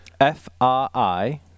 F-R-I